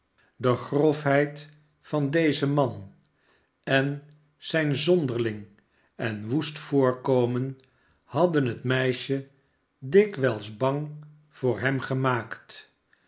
de grofheid van dezen man en zijn zonderling en woest voorkomen hadden het meisje dikwijls bang voor hem gemaakt